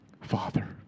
Father